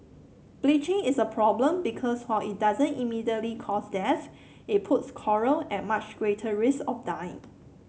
bleaching is a problem because while it doesn't immediately cause death it puts coral at much greater risk of dying